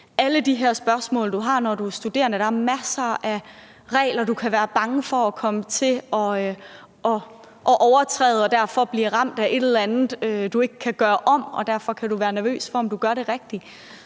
alle de her spørgsmål, du har, når du er studerende. Der er masser af regler, du kan være bange for at komme til at overtræde og derfor blive ramt af et eller andet, du ikke kan gøre om, og derfor kan du være nervøs for, om du gør det rigtige.